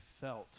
felt